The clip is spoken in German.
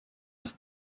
des